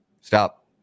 Stop